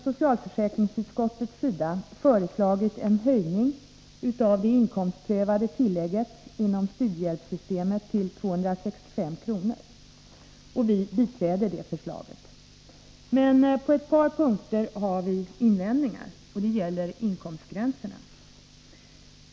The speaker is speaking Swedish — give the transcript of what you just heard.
Socialförsäkringsutskottet har tillstyrkt förslaget om en höjning av det inkomstprövade tillägget inom studiehjälpssystemet till 265 kr. Också vi biträder det förslaget. Men på ett par punkter har vi invändningar, och det gäller inkomstgränserna.